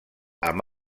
amb